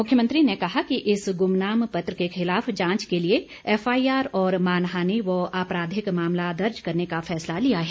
मुख्यमंत्री ने कहा कि इस गुमनाम पत्र के खिलाफ जांच के लिए एफआईआर और मानहानी व आपराधिक मामला दर्ज करने का फैसला लिया है